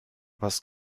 was